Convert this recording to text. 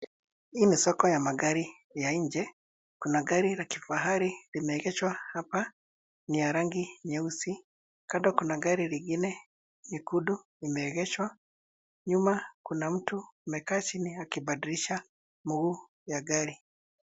Hii ni soko ya magari ya nje. Kuna gari la kifahari limeegeshwa hapa ni ya rangi nyeusi. Kando kuna gari lingine nyekundu imeegeshwa. Nyuma kuna mtu amekaa chini akibadilisha mguu ya gari.